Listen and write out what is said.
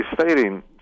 stating